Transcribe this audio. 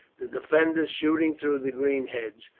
the defenders shooting through the green hedge,